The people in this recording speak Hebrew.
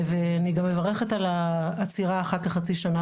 אני גם מברכת על העצירה אחת לחצי שנה,